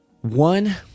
one